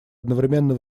одновременно